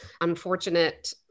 unfortunate